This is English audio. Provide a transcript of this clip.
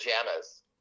pajamas